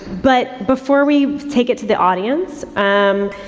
but before we take it to the audience, um,